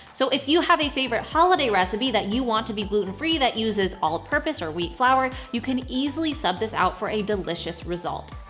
so if you have a favorite holiday recipe that you want to be gluten-free that uses all-purpose or wheat flour, you can easily sub this out for a delicious result.